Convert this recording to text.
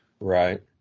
Right